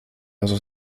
also